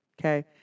okay